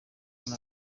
muri